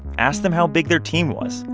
ask them how big their team was,